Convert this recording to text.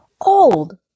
old